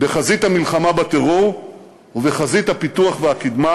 בחזית המלחמה בטרור ובחזית הפיתוח והקדמה